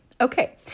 Okay